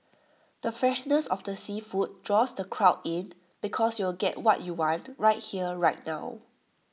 the freshness of the seafood draws the crowd in because you'll get what you want right here right now